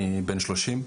אני בן 30,